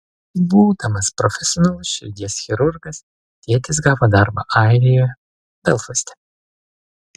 būdamas profesionalus širdies chirurgas tėtis gavo darbą airijoje belfaste